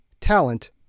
talent